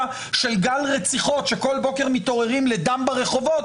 של גל רציחות שכל בוקר מתעוררים לדם ברחובות,